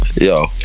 Yo